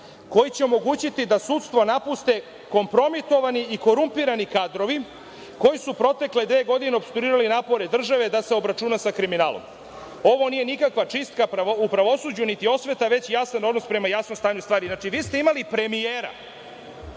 koji će omogućiti da sudstvo napuste kompromitovani i korumpirani kadrovi koji su protekle dve godine opstruirali napore države da se obračuna sa kriminalom“. Ovo nije nikakva čista u pravosuđu, niti osveta, već jasan odnos prema jasnom stanju stvari. Znači, vi ste imali premijera